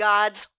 God's